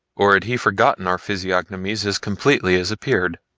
or had he forgotten our physiognomies as completely as appeared?